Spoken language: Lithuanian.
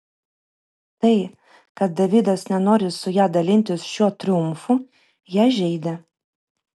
tai kad davidas nenori su ja dalintis šiuo triumfu ją žeidė